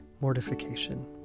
mortification